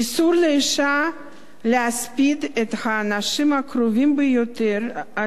איסור לאשה להספיד את האנשים הקרובים אליה ביותר,